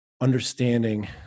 understanding